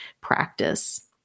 practice